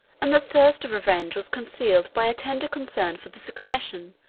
and the thirst of revenge was concealed by a tender concern for the succession,